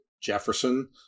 Jefferson